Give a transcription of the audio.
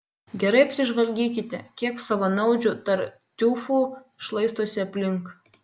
gerai apsižvalgykite kiek savanaudžių tartiufų šlaistosi aplink